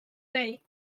lay